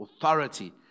authority